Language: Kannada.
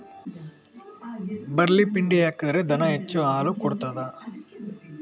ಬಾರ್ಲಿ ಪಿಂಡಿ ಹಾಕಿದ್ರೆ ದನ ಹೆಚ್ಚು ಹಾಲು ಕೊಡ್ತಾದ?